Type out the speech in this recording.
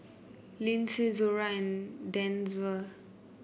Lindsey Zora and Denver